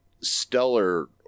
stellar